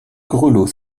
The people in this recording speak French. grelots